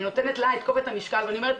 אני נותנת לה את כובד המשקל ואני אומרת,